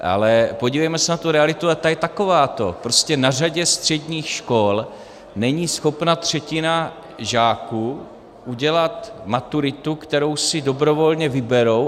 Ale podívejme se na tu realitu a ta je takováto: Prostě na řadě středních škol není schopna třetina žáků udělat maturitu, kterou si dobrovolně vyberou.